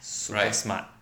smart